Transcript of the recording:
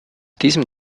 diesem